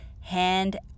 hand